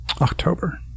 October